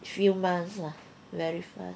three months lah very fast